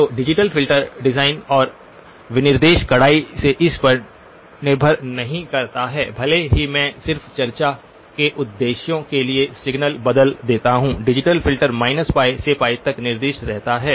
तो digital filter design और विनिर्देश कड़ाई से इस पर निर्भर नहीं करता है भले ही मैं सिर्फ चर्चा के उद्देश्यों के लिए सिग्नल बदल देता हूं डिजिटल फ़िल्टर π से π तक निर्दिष्ट रहता है